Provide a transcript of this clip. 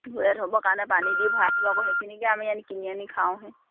থ'বৰ কাৰণে পানী দি ভৰাই থ'ব আকৌ সেইখিনিকে আমি আনি কিনি আনি খাওঁহি